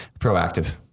proactive